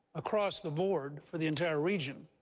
across the board for the entire region,